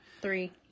Three